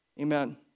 Amen